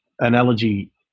analogy